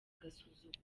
agasuzuguro